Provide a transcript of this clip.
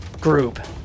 group